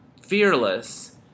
fearless